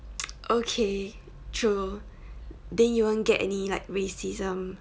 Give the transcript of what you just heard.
okay true then you won't get any like racism